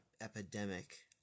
epidemic